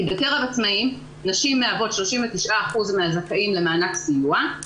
כי בקרב העצמאים נשים מהוות 39% מהזכאים למענק סיוע,